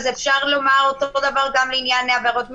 אפשר לומר אותו דבר גם לעניין עבירות מינהליות.